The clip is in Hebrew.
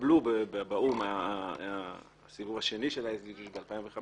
שנתקבל באו"ם הסיבוב השני של ה- SDGs ב-2015,